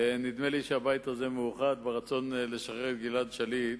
נדמה לי שהבית הזה מאוחד ברצון לשחרר את גלעד שליט.